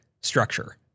structure